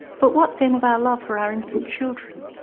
but what then of our love for our infant children,